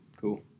Cool